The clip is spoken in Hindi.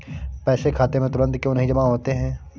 पैसे खाते में तुरंत क्यो नहीं जमा होते हैं?